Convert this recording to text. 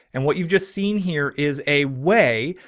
and what you've just seen here is a way,